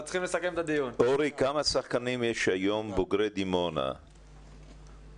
אורי, כמה שחקנים יש היום בוגרי דימונה אצלך?